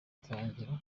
gutangira